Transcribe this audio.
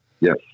Yes